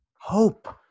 hope